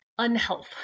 unhealth